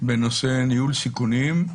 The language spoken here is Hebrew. בנושא ניהול סיכונים,